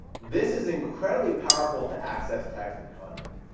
this is incredibly powerful to access text and content.